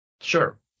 Sure